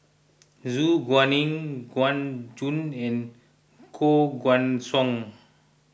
Su Guaning Gu Juan and Koh Guan Song